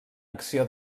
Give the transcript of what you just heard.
acció